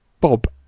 Bob